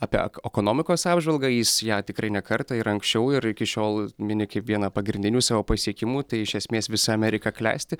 apie ek ekonomikos apžvalgą jis ją tikrai ne kartą ir anksčiau ir iki šiol mini kaip vieną pagrindinių savo pasiekimų tai iš esmės visa amerika klesti